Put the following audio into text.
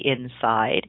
inside